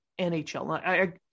NHL